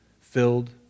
filled